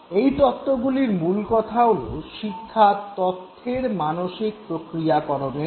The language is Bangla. এই তত্ত্বগুলির মূলকথা হল শিক্ষা তথ্যের মানসিক প্রক্রিয়াকরণের ফল